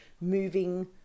moving